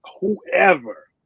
whoever